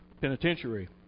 penitentiary